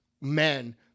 men